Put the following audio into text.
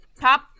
Top